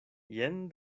jen